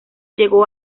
llegó